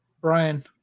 brian